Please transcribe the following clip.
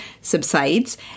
subsides